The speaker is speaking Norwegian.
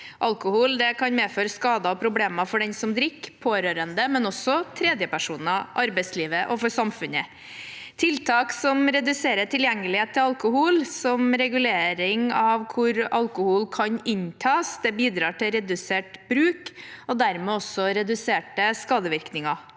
Alkohol kan medføre skader og problemer for den som drikker, og for pårørende, men også for tredjepersoner, arbeidslivet og for samfunnet. Tiltak som reduserer tilgjengelighet til alkohol, som regulering av hvor alkohol kan inntas, bidrar til redusert bruk og dermed også reduserte skadevirkninger.